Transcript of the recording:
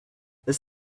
this